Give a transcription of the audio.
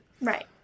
Right